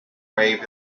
waived